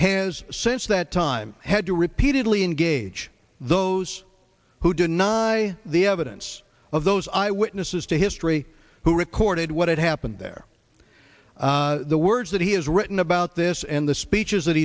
has since that time had to repeatedly engage those who deny the evidence of those eyewitnesses to history who recorded what had happened there the words that he has written about this and the speeches that